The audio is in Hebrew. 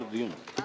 שמולי, איפה הוא?